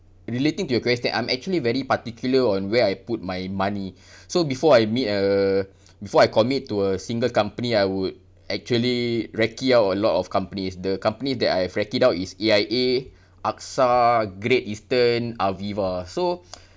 relating to your question I'm actually very particular on where I put my money so before I meet a before I commit to a single company I would actually recce out a lot of companies the company that I have recced out is A_I_A AXA Great Eastern Aviva so